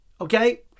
Okay